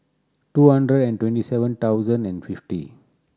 two hundred and twenty seven thousand and fifty